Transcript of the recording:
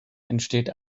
entsteht